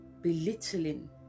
belittling